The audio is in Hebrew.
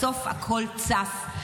בסוף הכול צף.